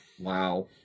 Wow